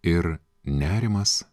ir nerimas